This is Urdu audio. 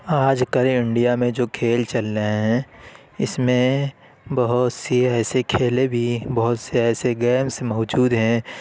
آج کل انڈیا میں جو کھیل چل رہے ہیں اس میں بہت سی ایسی کھیلیں بھی بہت سے ایسے گیمس موجود ہیں